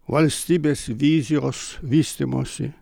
valstybės vizijos vystymosi